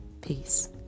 Peace